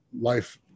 life